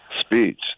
speech